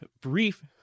brief